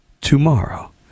tomorrow